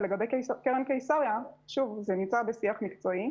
לגבי קרן קיסריה, שוב, זה נמצא בשיח מקצועי.